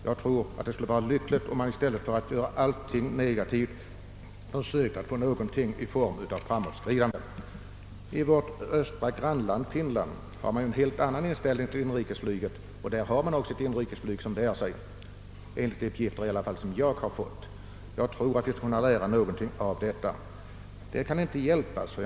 Jag tror att det skulle vara bra om man i stället för att alltid handla negativt försökte åstadkomma ett framåtskridande. I vårt östra grannland Finland har man en helt annan inställning till inrikesflyget och där bär sig också detta — åtminstone enligt de uppgifter jag fått. Jag tror att vi skulle kunna lära oss en del härav.